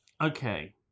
Okay